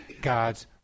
God's